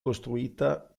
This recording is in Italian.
costruita